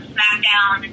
SmackDown